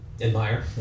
Admire